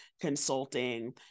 consulting